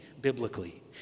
biblically